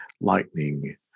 Lightning